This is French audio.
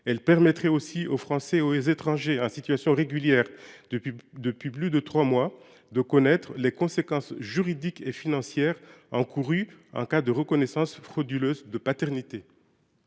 Elle permettrait aussi aux Français et aux étrangers en situation régulière depuis plus de trois mois de connaître les conséquences juridiques et financières encourues en cas de reconnaissance frauduleuse de paternité.